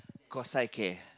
cause I care